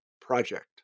project